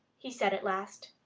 he said at last.